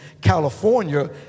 California